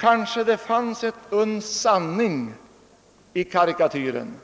Jag medger att det kanske fanns ett uns sanning i karikatyren.